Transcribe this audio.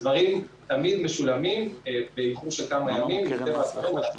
הדברים תמיד משולמים באיחור של כמה ימים מטבע הדברים,